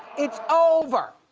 it's over,